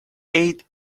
ate